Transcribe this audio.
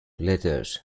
letters